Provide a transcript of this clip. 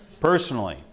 Personally